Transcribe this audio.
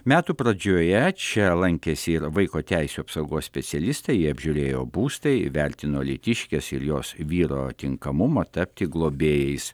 metų pradžioje čia lankėsi ir vaiko teisių apsaugos specialistai jie apžiūrėjo būstą įvertino alytiškės ir jos vyro tinkamumą tapti globėjais